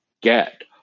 get